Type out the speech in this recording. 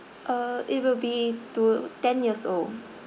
uh it will be to ten years old